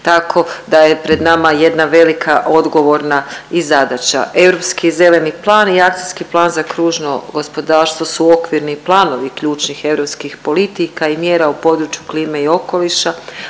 tako da je pred nama jedna velika odgovorna i zadaća. Europski zeleni plan i akcijski plan za kružno gospodarstvo su okvirni plan ovih ključnih europskih politika i mjera u području klime i okoliša,